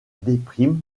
déprime